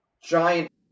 giant